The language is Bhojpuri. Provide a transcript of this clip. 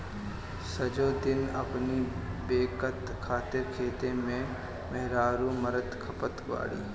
सजो दिन अपनी बेकत खातिर खेते में मेहरारू मरत खपत बाड़ी